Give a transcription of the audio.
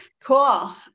Cool